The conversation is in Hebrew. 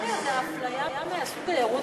עמר, זה אפליה מהסוג הירוד